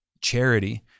charity